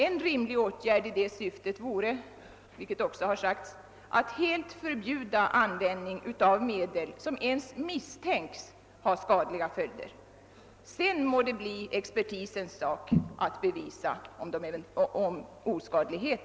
En rimlig åtgärd i det syftet vore — vilket också har sagts — att helt förbjuda användning av medel som ens misstänks ha skadliga följder. Sedan må det bli expertisens sak att bevisa deras oskadlighet.